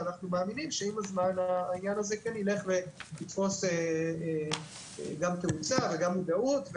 אנחנו מאמינים שעם הזמן העניין הזה ילך ויתפוס תאוצה ומודעות.